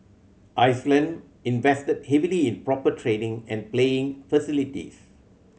Iceland invested heavily in proper training and playing facilities